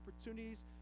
opportunities